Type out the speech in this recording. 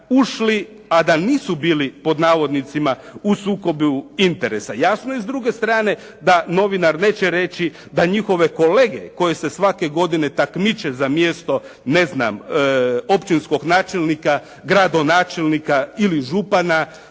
ušli a da nisu bili pod navodnicima u sukobu interesa. Jasno je s druge strane da novinar neće reći da njihove kolege koje se svake godine takmiče za mjesto ne znam općinskog načelnika, gradonačelnika ili župana